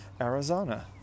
Arizona